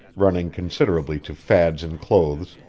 running considerably to fads in clothes,